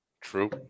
True